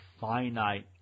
finite